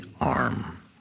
arm